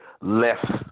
less